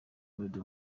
melody